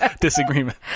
disagreement